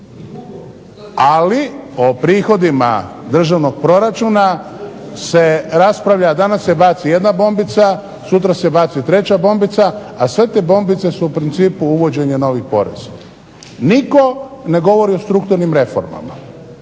Ali o prihodima državnog proračuna se raspravlja, danas se baci jedna bombica, sutra se baci treća bombica a sve te bombice su u principu uvođenje novih preže. Nitko ne govori o strukturnim reformama.